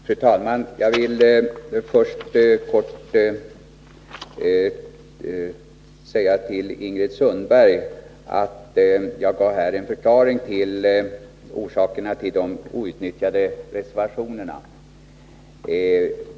Fru talman! Jag vill först kort till Ingrid Sundberg säga att jag i mitt anförande gav en förklaring till de outnyttjade reservationerna.